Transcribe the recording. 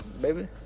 Baby